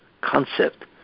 concept